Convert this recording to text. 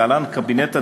להלן: קבינט הדיור,